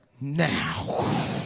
Now